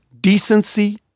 decency